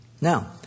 Now